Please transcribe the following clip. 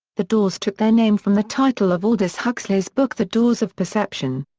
the doors took their name from the title of aldous huxley's book the doors of perception.